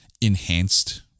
enhanced